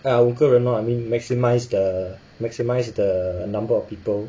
ya 五个人 lor I mean maximise the maximise the number of people